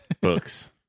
books